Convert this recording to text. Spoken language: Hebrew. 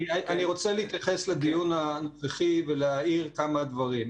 אני רוצה להתייחס לדיון הנוכחי ולהעיר כמה דברים.